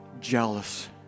jealous